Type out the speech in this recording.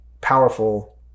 powerful